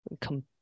Come